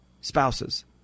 spouses